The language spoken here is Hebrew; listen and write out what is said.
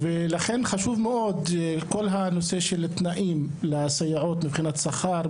ולכן חשוב מאוד כל הנושא של תנאים לסייעות מבחינת שכר,